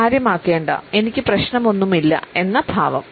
കാര്യമാക്കണ്ട എനിക്ക് പ്രശ്നമൊന്നുമില്ല എന്ന ഭാവം